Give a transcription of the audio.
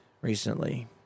recently